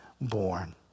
born